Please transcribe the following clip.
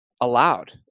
allowed